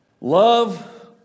love